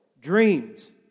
dreams